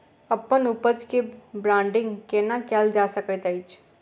अप्पन उपज केँ ब्रांडिंग केना कैल जा सकैत अछि?